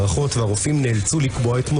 הדרישות השונות שכל הגורמים שנמצאים אתנו ב-זום